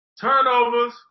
Turnovers